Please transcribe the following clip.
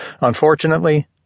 Unfortunately